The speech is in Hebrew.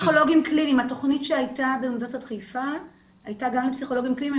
התוכנית שהייתה באוניברסיטת חיפה הייתה גם לפסיכולוגים קליניים.